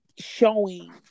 showing